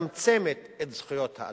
שמצמצמת את זכויות האדם.